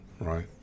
right